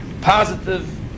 positive